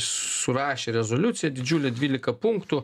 surašė rezoliuciją didžiulę dvylika punktų